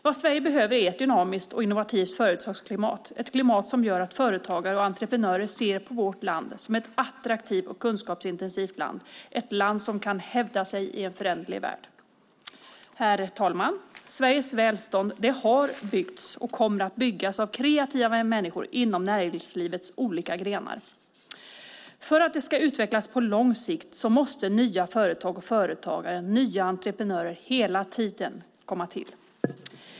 Vad Sverige behöver är ett dynamiskt och innovativt företagsklimat, ett klimat som gör att företagare och entreprenörer ser vårt land som ett attraktivt och kunskapsintensivt land som kan hävda sig i en föränderlig värld. Herr talman! Sveriges välstånd har byggts och kommer att byggas av kreativa människor inom näringslivets olika grenar. För att det ska utvecklas på lång sikt måste nya företag och företagare och nya entreprenörer hela tiden komma till.